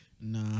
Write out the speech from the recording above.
Nah